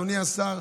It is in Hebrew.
אדוני השר,